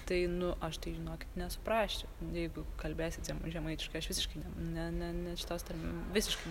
tai nu aš tai žinokit nesuprasčiau jeigu kalbėsit ze žemaitiškai aš visiškai ne ne ne šitos tarmių visiškai